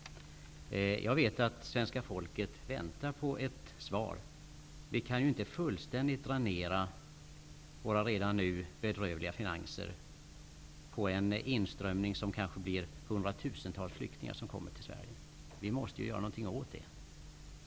Jag vet att svenska folket väntar på ett svar. Vi kan ju inte fullständigt dränera våra redan nu bedrövliga finanser på en inströmning av kanske hundratusentals flyktingar. Vi måste göra någonting åt detta.